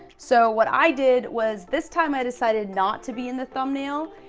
so, what i did was, this time, i decided not to be in the thumbnail,